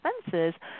expenses